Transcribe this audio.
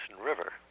River